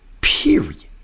Period